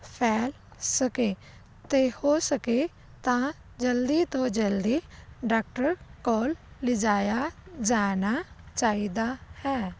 ਫੈਲ ਸਕੇ ਅਤੇ ਹੋ ਸਕੇ ਤਾਂ ਜਲਦੀ ਤੋਂ ਜਲਦੀ ਡਾਕਟਰ ਕੋਲ ਲੈ ਜਾਇਆ ਜਾਣਾ ਚਾਹੀਦਾ ਹੈ